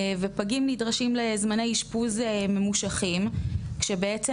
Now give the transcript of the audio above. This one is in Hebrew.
ופגים נדרשים לזמני אישפוז ממושכים כשבעצם